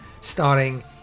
Starring